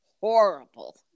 horrible